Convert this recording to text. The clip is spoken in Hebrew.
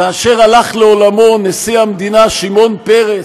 כאשר הלך לעולמו נשיא המדינה שמעון פרס,